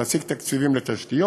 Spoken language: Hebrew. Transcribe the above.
להשיג תקציבים לתשתיות,